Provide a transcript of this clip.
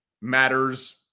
matters